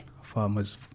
farmers